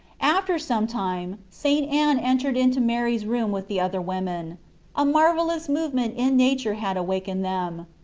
after some time st. anne entered into mary s room with the other women a marvellous movement in nature had awakened them,